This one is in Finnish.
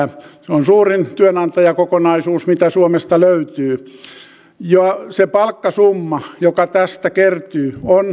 se on suurin työnantajakokonaisuus mitä suomesta löytyy ja se palkkasumma joka tästä kertyy on valtavan suuri